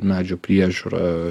medžių priežiūrą